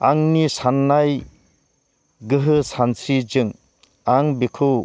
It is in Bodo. आंनि साननाय गोहो सानस्रिजों आं बेखौ